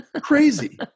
Crazy